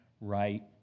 right